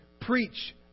preach